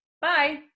bye